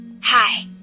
Hi